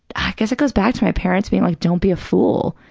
i guess it goes back to my parents being like, don't be a fool,